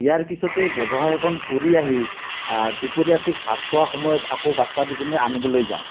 ইয়াৰ পিছতে ব্যৱসায়খন কৰি আহি দুপৰীয়া ঠিক ভাত খোৱা সময়ত আকৌ বাচ্ছা দুজনী আনিবলৈ যাওঁ